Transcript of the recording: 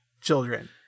children